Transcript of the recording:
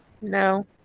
No